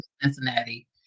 Cincinnati